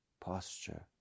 posture